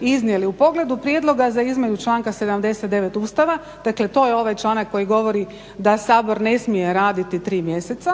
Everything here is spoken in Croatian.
iznijeli u pogledu prijedloga za izmjenu članka 79. Ustava, dakle to je ovaj članak koji govori da Sabor ne smije raditi 3 mjeseca,